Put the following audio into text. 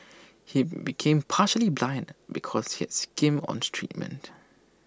he became partially blind because he had skimmed on treatment